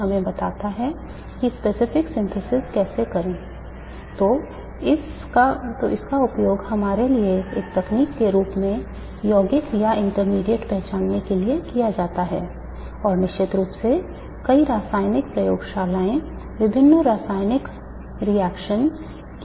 हमें यह समझना होगा कि स्पेक्ट्रम का क्या मतलब है इससे पहले कि हम यह कह सकें कि हम अध्ययन क्यों करना चाहते हैं लेकिन सवाल यह है कि विषयों को समझने की क्या प्रेरणा में निहित हैं